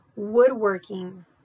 woodworking